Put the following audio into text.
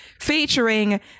featuring